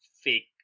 fake